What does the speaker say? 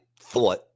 thought